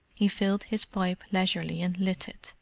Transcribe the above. he filled his pipe leisurely and lit it,